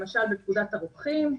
למשל בפקודת הרוקחים,